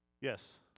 Yes